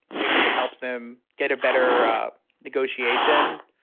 they think it helps them get a better negotiation